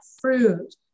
fruit